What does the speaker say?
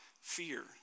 fear